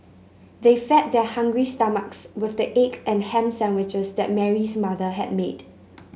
they fed their hungry stomachs with the egg and ham sandwiches that Mary's mother had made